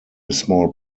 small